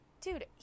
Dude